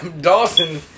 Dawson